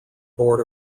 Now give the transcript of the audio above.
board